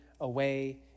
away